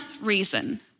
reason